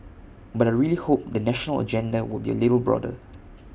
but I really hope the national agenda will be A little broader